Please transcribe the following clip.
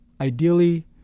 ideally